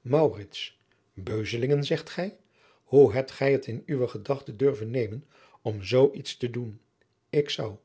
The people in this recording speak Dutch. loosjes pzn het leven van maurits lijnslager in uwe gedachten durven nemen om zoo iets te doen ik zou